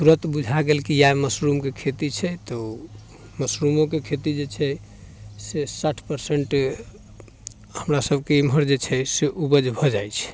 तऽ तुरन्त बुझा गेल कि इएह मशरूमके खेती छै तऽ ओ मशरूमोके खेती जे छै से साठि परसेन्ट हमरासबके एम्हर जे छै से उपज भऽ जाइ छै